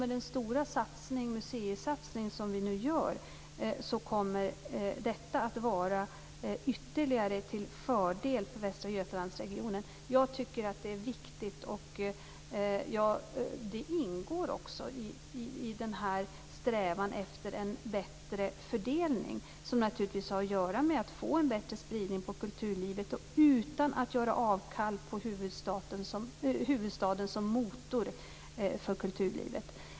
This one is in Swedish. Den stora museisatsning som vi nu gör kommer att vara till ytterligare fördel för regionen Västra Götaland. Det ingår också i strävan efter en bättre fördelning, som naturligtvis handlar om att få en bättre spridning av kulturlivet och utan att göra avkall på huvudstaden som motor för kulturlivet.